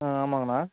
ஆ ஆமாங்கண்ணா